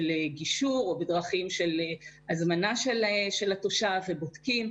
גישור או בדרכים של הזמנה של התושב ובודקים.